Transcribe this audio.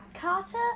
Carter